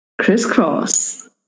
Crisscross